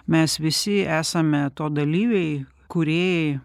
mes visi esame to dalyviai kūrėjai